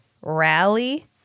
Rally